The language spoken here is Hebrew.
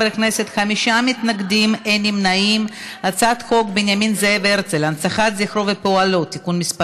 זאב הרצל (הנצחת זכרו ופועלו) (תיקון מס'